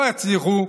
לא יצליחו?